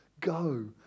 go